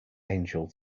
angel